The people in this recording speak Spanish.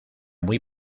muy